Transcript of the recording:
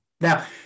Now